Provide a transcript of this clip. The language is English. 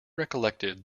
recollected